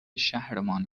شهرمان